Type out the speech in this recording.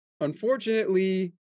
unfortunately